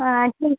ठीक